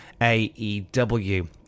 AEW